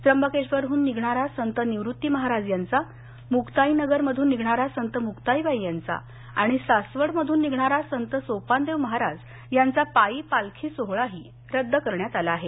त्र्यंबकेश्वरहन निघणारा संत निवृत्तीनाथ महाराज यांचा मुक्ताईनगरमधून निघणारा संत मुक्ताबाई यांचा आणि सासवड मधून निघणारा संत सोपानदेव महाराज यांचा पायी पालखी सोहोळाही रद्द करण्यात आला आहे